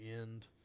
end